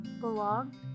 Belong